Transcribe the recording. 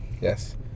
Yes